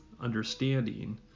understanding